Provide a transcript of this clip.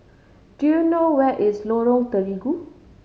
do you know where is Lorong Terigu